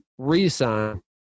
Resign